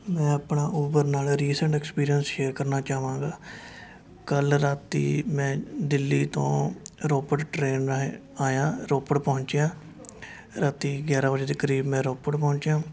ਮੈਂ ਆਪਣਾ ਊਬਰ ਨਾਲ ਰੀਸੈਂਟ ਐਕਪੀਰੀਅਸ ਸ਼ੇਅਰ ਕਰਨਾ ਚਾਹਾਵਾਂਗਾ ਕੱਲ੍ਹ ਰਾਤੀਂ ਮੈਂ ਦਿੱਲੀ ਤੋਂ ਰੋਪੜ ਟਰੇਨ ਰਾਹੀਂ ਆਇਆ ਰੋਪੜ ਪਹੁੰਚਿਆ ਰਾਤੀਂ ਗਿਆਰਾਂ ਵਜੇ ਦੇ ਕਰੀਬ ਮੈਂ ਰੋਪੜ ਪਹੁੰਚਿਆ